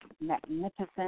magnificent